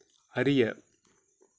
அறிய